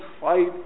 fight